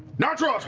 natural